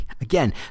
Again